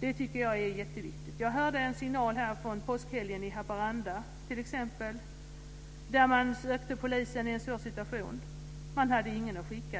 Det tycker jag är jätteviktigt. Jag hörde en signal här från påskhelgen i Haparanda t.ex. Där sökte man polisen i en svår situation. Polisen hade ingen att skicka.